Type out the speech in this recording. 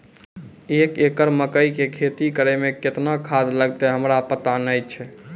एक एकरऽ मकई के खेती करै मे केतना खाद लागतै हमरा पता नैय छै?